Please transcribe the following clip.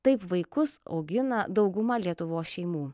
taip vaikus augina dauguma lietuvos šeimų